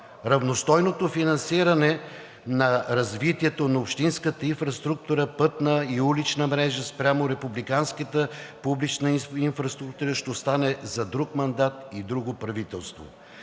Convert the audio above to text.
Равностойното финансиране на развитието на общинската инфраструктура – пътна и улична мрежа, спрямо републиканската инфраструктура ще остане за друг мандат и друго правителство.